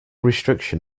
restriction